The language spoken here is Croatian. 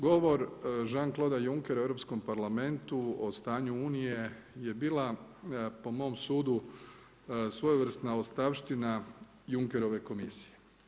Govor Jean Claude Juncker u Europskom parlamentu o stanju Unije je bila po mom sudu svojevrsna ostavština Junckerove komisije.